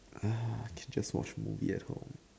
uh can just watch movie at home